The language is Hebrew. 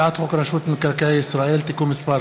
שהגה את הצעת החוק הזאת והתחיל לקדם אותה,